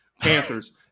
Panthers